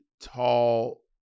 tall